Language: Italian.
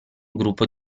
gruppo